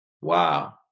Wow